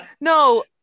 no